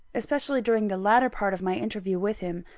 especially during the latter part of my interview with him,